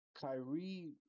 Kyrie –